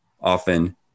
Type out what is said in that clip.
often